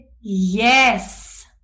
yes